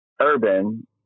urban